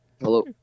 Hello